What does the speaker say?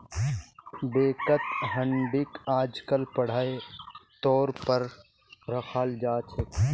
बैंकत हुंडीक आजकल पढ़ाई तौर पर रखाल जा छे